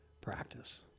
practice